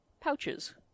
pouches